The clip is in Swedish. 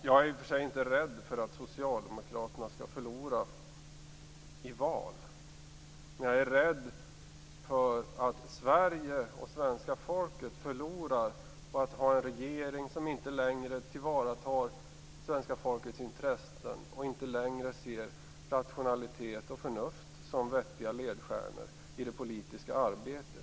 Jag är i och för sig inte rädd för att socialdemokraterna skall förlora i val, men jag är rädd för att Sverige och svenska folket förlorar på att ha en regering som inte längre tillvaratar svenska folkets intressen och inte längre ser rationalitet och förnuft som vettiga ledstjärnor i det politiska arbetet.